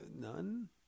None